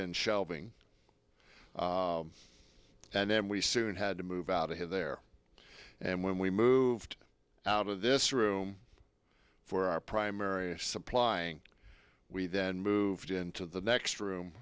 in shelving and then we soon had to move out of there and when we moved out of this room for our primary supplying we then moved into the next room